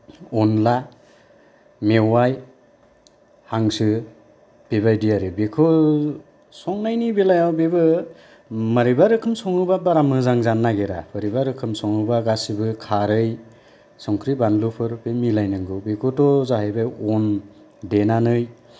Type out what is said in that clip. अनला मेवाइ हांसो बेबायदि आरो बेखौ संनायनि बेलायाव बेबो माबोरैबा रोखोम सङोबा बारा मोजां जानो नागिरा बोरैबा रोखोम सङोबा गासैबो खारै संख्रि बानलुफोर बे मिलाय नांगौ बेखौथ' जाहैबाय अन देनानै